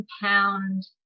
compound